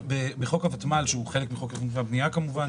בחוק הוותמ"ל שהוא חלק מחוק התכנון והבניה כמובן,